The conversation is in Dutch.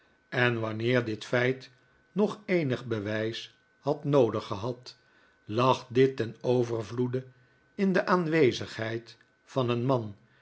en wanneer dit feit nog eenig bewijs had noodig gehad lag dit ten overvloede in de aanwezigheid van een man